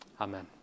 Amen